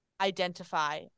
identify